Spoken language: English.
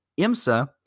IMSA